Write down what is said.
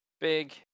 Big